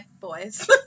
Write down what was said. boys